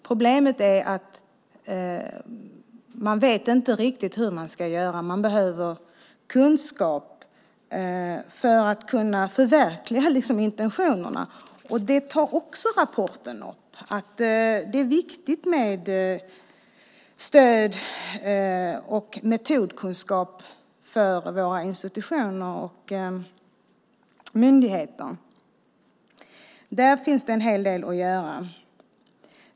Problemet är att man inte riktigt vet hur man ska göra. Man behöver kunskap för att kunna förverkliga intentionerna. Det tar också rapporten upp - det är viktigt med stöd och metodkunskap för våra institutioner och myndigheter. Där finns det en hel del att göra.